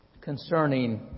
concerning